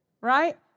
right